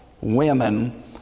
women